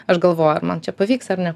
aš galvoju ar man čia pavyks ar ne